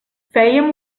fèiem